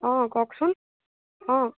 অঁ কওকচোন অঁ